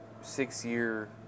six-year